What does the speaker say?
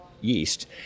yeast